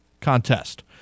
contest